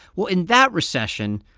well, in that recession,